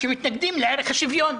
שמתנגדים לערך השוויון?